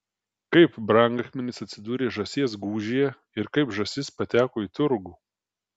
kaip brangakmenis atsidūrė žąsies gūžyje ir kaip žąsis pateko į turgų